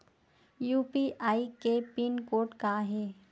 UPI के pin code का हे?